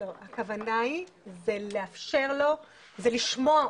לא, הכוונה היא לאפשר לו ולשמוע אותו.